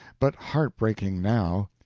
but heartbreaking now.